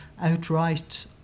outright